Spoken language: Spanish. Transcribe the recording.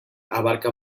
abarca